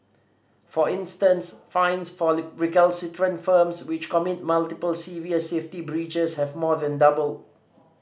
for instance fines for recalcitrant firms which commit multiple serious safety breaches have more than doubled